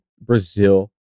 Brazil